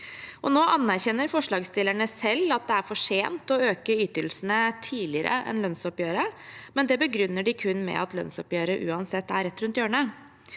Nå anerkjenner forslagsstillerne selv at det er for sent å øke ytelsene tidligere enn lønnsoppgjøret, men det begrunner de kun med at lønnsoppgjøret uansett er rett rundt hjørnet.